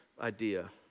idea